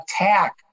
attack